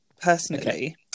personally